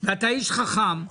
ואתה איש חכם.